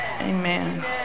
Amen